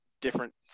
different